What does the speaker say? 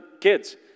kids